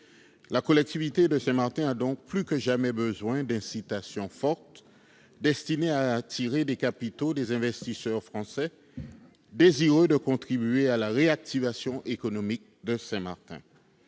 la collectivité de Saint-Martin a plus que jamais besoin d'incitations fortes, destinées à attirer les capitaux des investisseurs français désireux de contribuer à la réactivation économique de l'île.